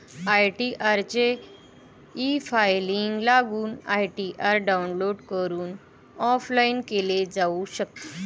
ITR चे efiling लागू ITR download करून ऑफलाइन केले जाऊ शकते